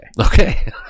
Okay